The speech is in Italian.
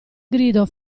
grido